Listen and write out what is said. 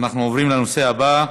אנחנו עוברים לנושא הבא: